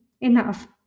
enough